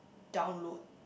download